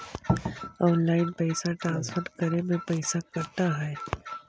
Online पैसा transfer करे में पैसा कटा है?